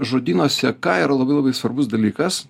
žodynuose ką yra labai labai svarbus dalykas